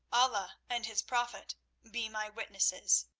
allah and his prophet be my witnesses.